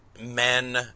Men